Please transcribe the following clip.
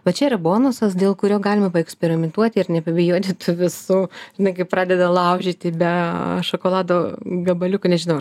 va čia yra bonusas dėl kurio galima paeksperimentuoti ir nepabijoti tų visų nai kai pradeda laužyti be šokolado gabaliuką nežinau